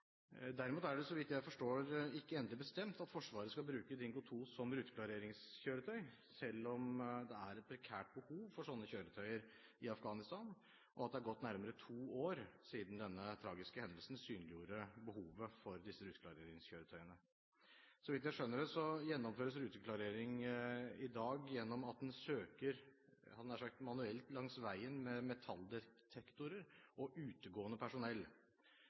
Derimot er det, så vidt jeg forstår, ikke endelig bestemt at Forsvaret skal bruke Dingo 2 som ruteklareringskjøretøy, selv om det er et prekært behov for slike kjøretøy i Afghanistan, og at det er gått nærmere to år siden denne tragiske hendelsen synliggjorde behovet for disse ruteklareringskjøretøyene. Så vidt jeg skjønner, gjennomføres ruteklarering i dag gjennom at man søker nær sagt manuelt langs veien med metalldetektorer og utegående personell.